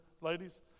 ladies